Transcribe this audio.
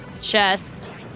chest